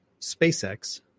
SpaceX